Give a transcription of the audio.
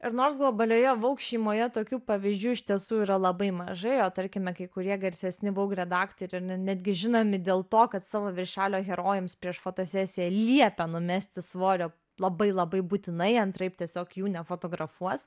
ir nors globalioje vogue šeimoje tokių pavyzdžių iš tiesų yra labai mažai o tarkime kai kurie garsesni vogueredaktoriai ir ir netgi žinomi dėl to kad savo viršelio herojams prieš fotosesiją liepia numesti svorio labai labai būtinai antraip tiesiog jų nefotografuos